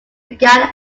began